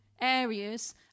areas